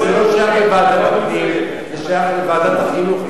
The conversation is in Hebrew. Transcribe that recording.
זה לא שייך לוועדת הפנים, זה שייך לוועדת החינוך.